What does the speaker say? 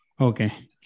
Okay